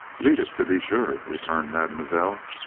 read it, to be sure, returned mademoiselle.